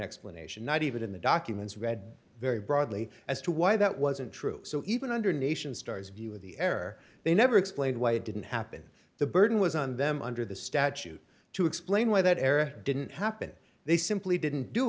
explanation not even in the documents read very broadly as to why that wasn't true so even under nation stars view of the air they never explained why it didn't happen the burden was on them under the statute to explain why that didn't happen they simply didn't do